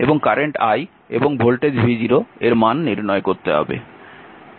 এবং current i এবং voltage v0 এর মান নির্ণয় করতে হবে